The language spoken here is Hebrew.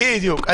בדיוק.